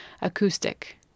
acoustic